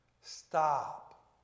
Stop